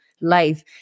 life